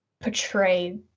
portray